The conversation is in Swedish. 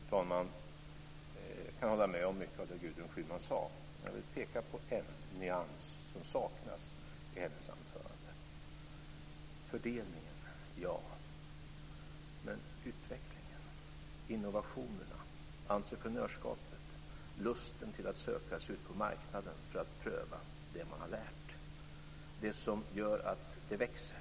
Fru talman! Jag kan hålla med om mycket av det Gudrun Schyman sade. Men jag vill peka på en nyans som saknades i hennes anförande. Fördelning - ja. Men vi har ju också utvecklingen, innovationerna, entreprenörskapet och lusten att söka sig ut på marknaden för att pröva det man har lärt - det som gör att det växer.